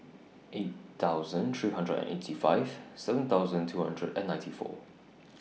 eight thousand three hundred and eighty five seven thousand two hundred and ninety four